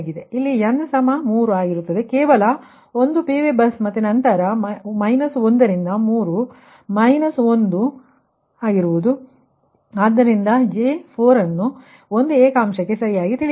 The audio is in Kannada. ಆದ್ದರಿಂದ ಇಲ್ಲಿ n 3 ಆಗಿರುತ್ತದೆ ಕೇವಲ ಒಂದುPV ಬಸ್ ನಂತರ ಮೈನಸ್ 1 ರಿಂದ 3 ಮೈನಸ್ 1 ಮೈನಸ್ 1 ಅದು 1 ರಿಂದ 1 ಆಗಿರುತ್ತದೆ ಆದ್ದರಿಂದ J4 1 ಅನ್ನು 1 ಏಕ ಅಂಶಕ್ಕೆ ಸರಿಯಾಗಿ ತಿಳಿಯಬೇಕು